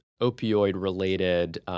opioid-related